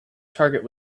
target